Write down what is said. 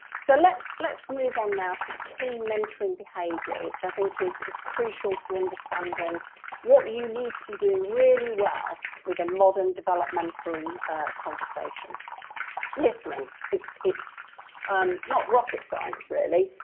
so let's let's move on now to the key mentoring behaviour which i think is is crucial to understanding what you need to be doing really well with a modern developmental mentoring conversation listening, it's it's um not rocket science really,